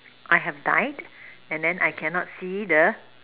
I have died and then I cannot see the